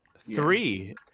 Three